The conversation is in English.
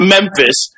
Memphis